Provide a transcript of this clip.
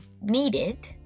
needed